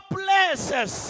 places